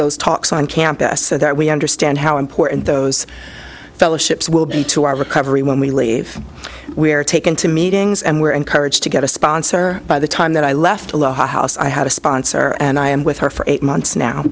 those talks on campus so that we understand how important those fellowships will be to our recovery when we leave we are taken to meetings and were encouraged to get a sponsor by the time that i left alone house i had a sponsor and i am with her for eight months now